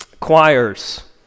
choirs